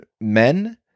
Men